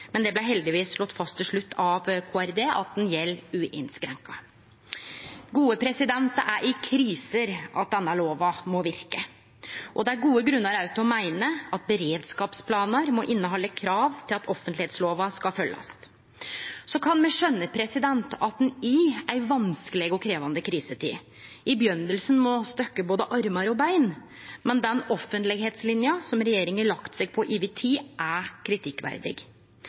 men det blei heldigvis slått fast til slutt av KRD at ho gjeld uinnskrenka. Det er i kriser at denne lova må verke. Og det er gode grunnar også til å meine at beredskapsplanar må innehalde krav til at offentleglova skal følgjast. Me kan skjøne at ein i ei vanskeleg og krevjande krisetid i byrjinga må stokke både armar og bein, men den offentlegheitslinja som regjeringa har lagt seg på over tid, er kritikkverdig.